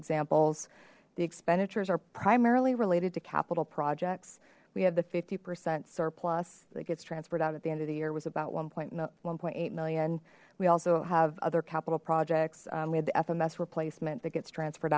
examples the expenditures are primarily related to capital projects we have the fifty percent surplus that gets transferred out at the end of the year was about one point one point eight million we also have other capital projects we had the fms replacement that gets transferred